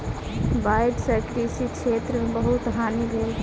बाइढ़ सॅ कृषि क्षेत्र में बहुत हानि भेल